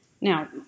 Now